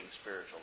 spiritual